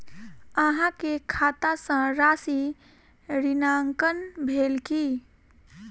अहाँ के खाता सॅ राशि ऋणांकन भेल की?